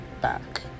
back